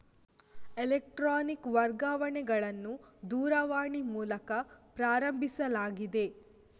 electronic ವರ್ಗಾವಣೆಗಳನ್ನು ದೂರವಾಣಿ ಮೂಲಕ ಪ್ರಾರಂಭಿಸಲಾಗಿದೆ